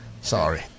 Sorry